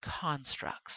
constructs